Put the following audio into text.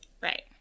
Right